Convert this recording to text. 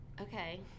Okay